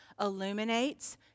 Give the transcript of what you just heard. illuminates